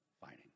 fighting